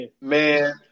Man